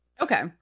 Okay